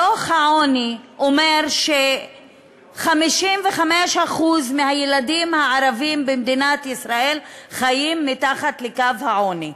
דוח העוני אומר ש-55% מהילדים הערבים במדינת ישראל חיים מתחת לקו העוני,